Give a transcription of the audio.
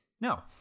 No